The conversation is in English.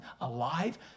alive